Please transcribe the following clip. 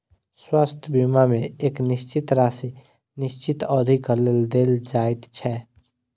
स्वास्थ्य बीमा मे एक निश्चित राशि निश्चित अवधिक लेल देल जाइत छै